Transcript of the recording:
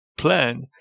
Plan